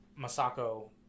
Masako